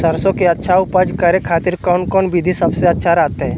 सरसों के अच्छा उपज करे खातिर कौन कौन विधि सबसे अच्छा रहतय?